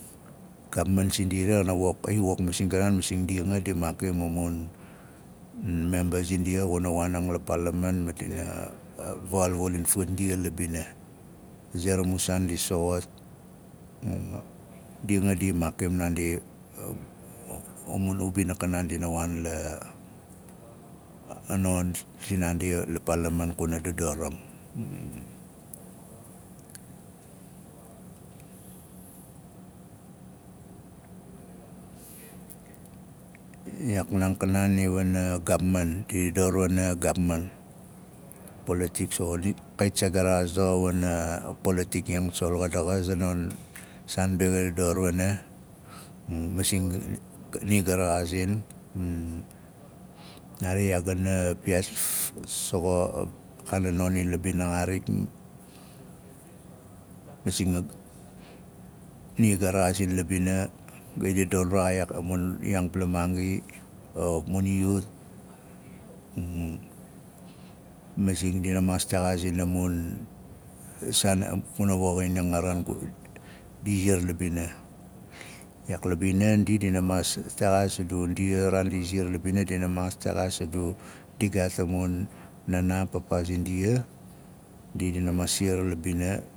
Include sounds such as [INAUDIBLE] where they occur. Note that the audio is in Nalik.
Gaapman sindia xari xana wok- ka i wok masing kanaan masing ndia anga di anga ndi maakim a mun memba zindia xuna waan aang la paalaman ma dina a vawaal vawat ndia la bing a ze ra mu saan ndi soxot [HESITATION] di anga di maakim naandi a ubina a kanaan ndina waan la- la a non sinaandi la paalaman kuna dadoring di dor wana gaapman politiks [UNINTELLIGIBLE] kait saa ga rexaas daxa wana politiking tsol xa daxa a zo non saan be ga dodor wana masing nia ga rexaazing naari gana piyaat soxo a kaana non ila bina xaarik [HESITATION] masing ma ga rexaazing la bina ga i dador varaxai iyaak faraxai a mun yaangpla maanggi o a mun yut masing ndina maas.